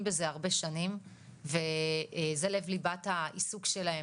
בזה הרבה שנים וזה לב ליבת העיסוק שלהם,